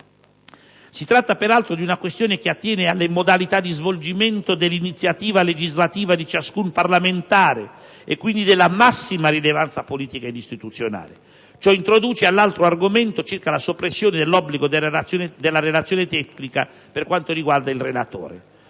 Si tratta peraltro di una questione che attiene alle modalità di svolgimento dell'iniziativa legislativa di ciascun parlamentare e quindi della massima rilevanza politica ed istituzionale. Ciò introduce all'altro argomento circa la soppressione dell'obbligo della relazione tecnica per quanto riguarda il relatore: